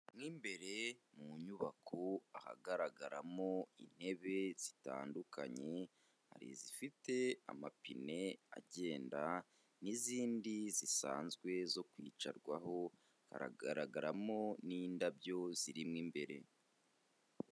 Mo imbere mu nyubako ahagaragaramo intebe zitandukanye, hari izifite amapine agenda n'izindi zisanzwe zo kwicarwaho, haragaragaramo n'indabyo ziri mo imbere.